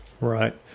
right